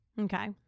Okay